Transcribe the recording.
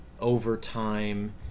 overtime